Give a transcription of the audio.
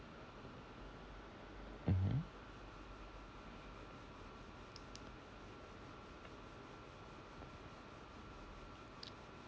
mmhmm